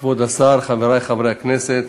כבוד השר, חברי חברי הכנסת,